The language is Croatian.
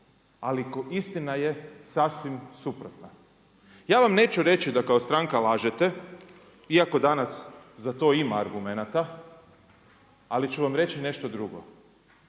Ali istina je sasvim suprotna. Ja vam neću reći da kao stranka lažete iako danas za to ima argumenata, ali ću vam reći nešto drugo.